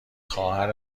خواهر